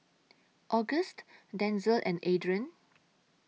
August Denzil and Adrain